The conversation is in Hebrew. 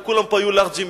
לכולם היו פה לארג'ים,